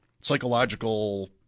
psychological